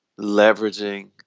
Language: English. leveraging